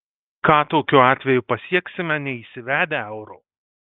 ką tokiu atveju pasieksime neįsivedę euro